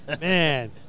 man